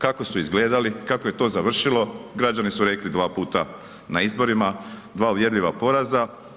Kako su izgledali, kako je to završilo, građani su rekli dva puta na izborima, dva uvjerljiva poraza.